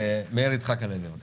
מאיר יצחק הלוי, בבקשה.